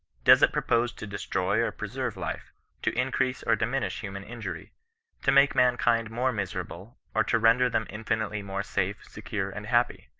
does it propose to destroy or preserye life to increase or diminish human injury to make mankind more miserable, or to render them infinitely more safe, secure, and happy?